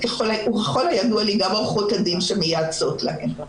וככל הידוע לי, גם לעורכות הדין שמייעצות להן.